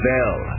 Bell